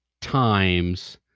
times